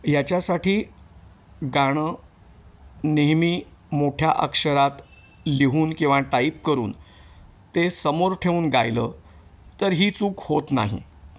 याच्यासाठी गाणं नेहमी मोठ्या अक्षरात लिहून किंवा टाईप करून ते समोर ठेवून गायलं तर ही चूक होत नाही